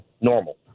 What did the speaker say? normal